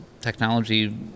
technology